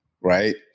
right